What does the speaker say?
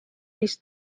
mis